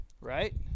right